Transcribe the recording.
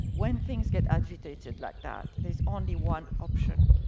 when things get agitated like that, there's only one option.